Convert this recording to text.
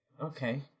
Okay